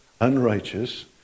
unrighteous